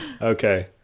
Okay